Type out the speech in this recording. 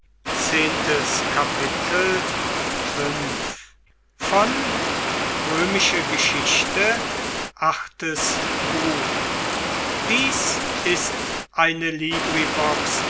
sind ist